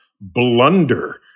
blunder